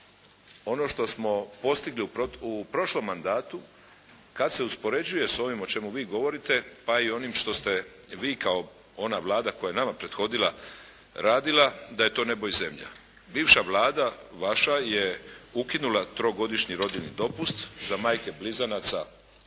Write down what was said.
ono što smo postigli u prošlom mandatu kad se uspoređuje sa ovim o čemu vi govorite pa i onim što ste vi kao ona Vlada koja je nama prethodila radila da je to nebo i zemlja. Bivša Vlada vaša je ukinula trogodišnji rodiljni dopusti za majke blizanaca